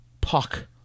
Puck